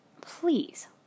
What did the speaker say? Please